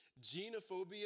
genophobia